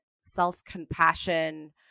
self-compassion